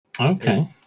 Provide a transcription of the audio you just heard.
Okay